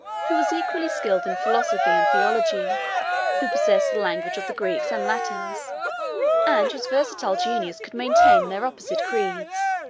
who was equally skilled in philosophy and theology who possessed the language of the greeks and latins and whose versatile genius could maintain their opposite creeds,